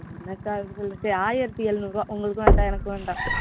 என்ன அக்கா இப்படி சொல் சரி ஆயிரத்து எழுநூறுரூவா உங்களுக்கும் வேண்டாம் எனக்கும் வேண்டாம்